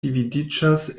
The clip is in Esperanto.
dividiĝas